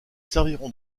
serviront